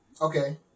Okay